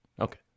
Okay